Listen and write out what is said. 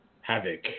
havoc